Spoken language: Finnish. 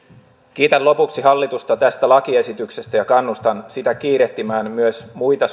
kiitän lopuksi hallitusta tästä lakiesityksestä ja kannustan sitä kiirehtimään myös muita